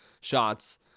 shots